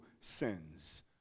sins